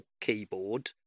keyboard